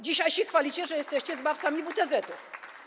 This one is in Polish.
Dzisiaj się chwalicie, że jesteście zbawcami WTZ-tów.